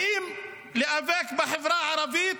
באים להיאבק בחברה הערבית,